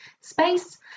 space